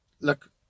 look